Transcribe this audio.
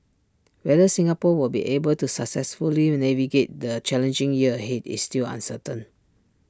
whether Singapore will be able to successfully navigate the challenging year ahead is still uncertain